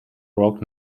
rock